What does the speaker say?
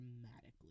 dramatically